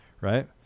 right